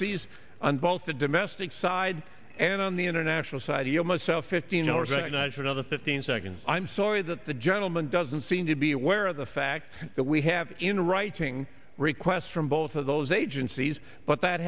ies on both the domestic side and on the international side you know myself if seen organized another fifteen seconds i'm sorry that the gentleman doesn't seem to be aware of the fact that we have in writing requests from both of those agencies but that